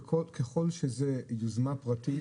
שככל שזאת יוזמה פרטית,